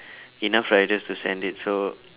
enough riders to send it so